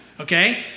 okay